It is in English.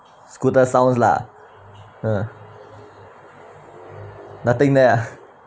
scooter sounds lah uh nothing there ah